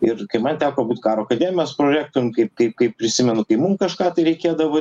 ir kai man teko būt karo akademijos prorektorium kaip kaip kaip prisimenu kai mum kažką tai reikėdavo